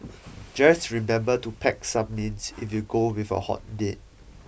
just remember to pack some mints if you go with a hot date